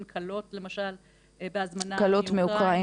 לו "כלות בהזמנה מאוקראינה" --- כלות מאוקראינה,